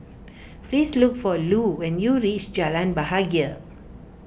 please look for Lu when you reach Jalan Bahagia